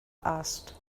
asked